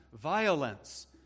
violence